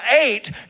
eight